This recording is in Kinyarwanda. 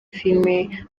filime